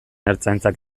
ertzaintzak